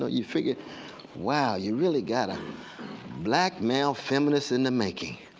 know, you figure wow, you really got a black male feminist in the making.